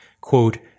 quote